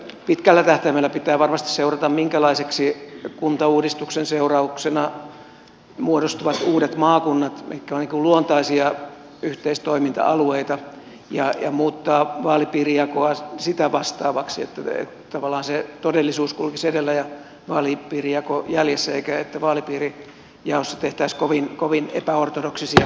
pitkällä tähtäimellä pitää varmasti seurata minkälaisiksi kuntauudistuksen seurauksena muodostuvat uudet maakunnat mitkä ovat luontaisia yhteistoiminta alueita ja muuttaa vaalipiirijakoa sitä vastaavaksi että tavallaan se todellisuus kulkisi edellä ja vaalipiirijako jäljessä eikä niin että vaalipiirijaossa tehtäisiin kovin epäortodoksisia ratkaisuja